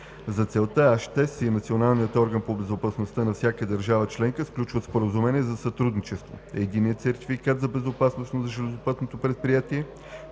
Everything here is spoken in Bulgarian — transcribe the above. За целта АЖТЕС и националният орган по безопасността от всяка държава членка сключват споразумение за сътрудничество. Единният сертификат за безопасност на железопътно предприятие,